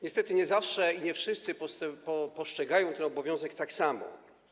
Niestety nie zawsze i nie wszyscy postrzegają ten obowiązek tak samo.